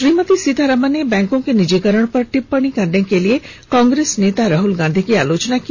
श्रीमती सीतारामन ने बैंकों के निजीकरण पर टिप्पणी करने के लिए कांग्रेस नेता राहुल गांधी की आलोचना की